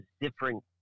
different